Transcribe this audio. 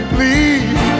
Please